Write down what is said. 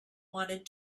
wanted